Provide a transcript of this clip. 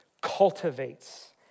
cultivates